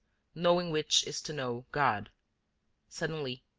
knowing which is to know god suddenly,